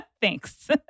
thanks